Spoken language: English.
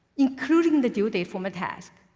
including the due date for task.